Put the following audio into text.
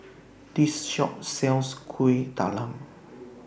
This Shop sells Kueh Talam